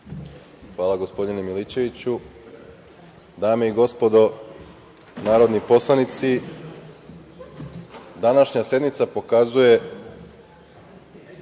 Hvala, gospodine Milićeviću. Dame i gospodo narodni poslanici, današnja sednica pokazuje